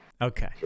okay